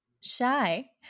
shy